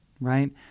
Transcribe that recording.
Right